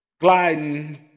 gliding